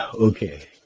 Okay